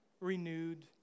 renewed